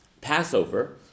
Passover